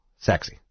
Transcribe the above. sexy